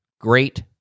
great